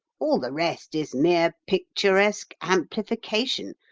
all the rest is mere picturesque amplification,